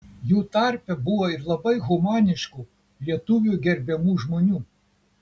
jų tarpe buvo ir labai humaniškų lietuvių gerbiamų žmonių